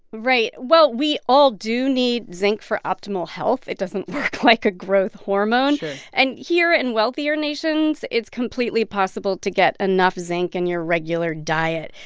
right. well, we all do need zinc for optimal health. it doesn't work like a growth hormone sure and here in wealthier nations, it's completely possible to get enough zinc in your regular diet.